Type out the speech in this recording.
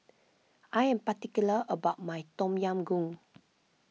I am particular about my Tom Yam Goong